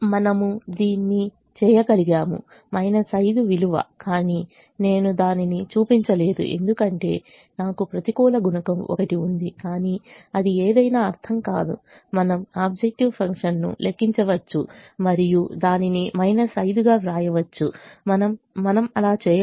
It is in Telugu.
మనము దీన్ని చేయగలిగాము 5 విలువ కానీ నేను దానిని చూపించలేదు ఎందుకంటే నాకు ప్రతికూల గుణకం ఒకటి ఉంది కానీ అది ఏదైనా అర్థం కాదు మనము ఆబ్జెక్టివ్ ఫంక్షన్ను లెక్కించవచ్చు మరియు దానిని 5 గా వ్రాయవచ్చు మనము అలా చేయవచ్చు